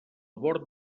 bord